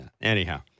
Anyhow